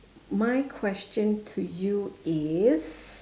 my question to you is